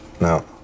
No